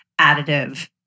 additive